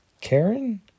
Karen